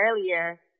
earlier